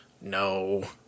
No